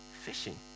fishing